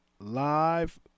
live